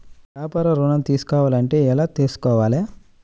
వ్యాపార ఋణం తీసుకోవాలంటే ఎలా తీసుకోవాలా?